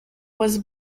was